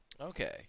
Okay